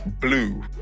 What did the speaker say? blue